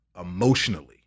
emotionally